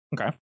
Okay